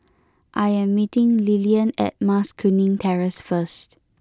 I am meeting Lillian at Mas Kuning Terrace first